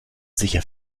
sicher